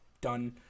done